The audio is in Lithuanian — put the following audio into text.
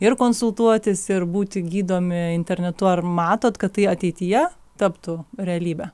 ir konsultuotis ir būti gydomi internetu ar matot kad tai ateityje taptų realybe